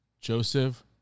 Joseph